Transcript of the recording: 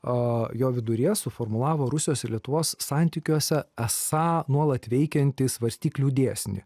o jo viduryje suformulavo rusijos ir lietuvos santykiuose esą nuolat veikiantį svarstyklių dėsnį